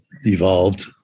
evolved